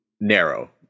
narrow